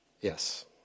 Yes